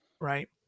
right